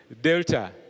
Delta